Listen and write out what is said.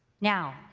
now,